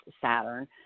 Saturn